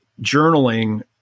Journaling